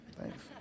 Thanks